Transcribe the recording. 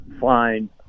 fine